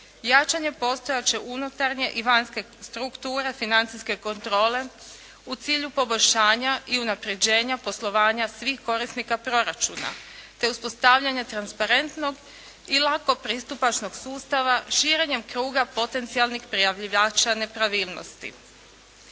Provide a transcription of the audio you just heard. Jačanje postojeće unutarnje i vanjske strukture financijske kontrole u cilju poboljšanja i unapređenja poslovanja svih korisnika proračuna te uspostavljanja transparentnog i lako pristupačnog sustava širenjem kruga potencijalnih prijavljivača nepravilnosti.